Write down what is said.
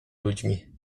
ludźmi